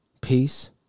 Peace